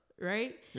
Right